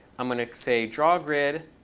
i'm going to say drawgrid,